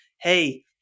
hey